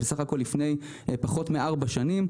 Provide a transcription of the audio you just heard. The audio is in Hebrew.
בסך הכול לפני פחות מארבע שנים,